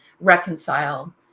reconcile